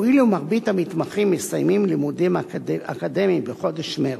הואיל ומרבית המתמחים מסיימים לימודים אקדמיים בחודש מרס,